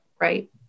right